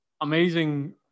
amazing